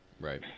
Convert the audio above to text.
right